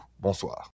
Bonsoir